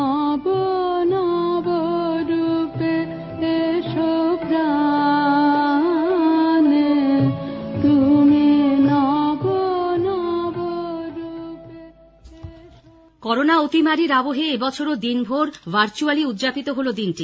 গান করোনা অতিমারীর আবহে এবছরও দিনভর ভার্চুয়ালী উদযাপিত হল দিনটি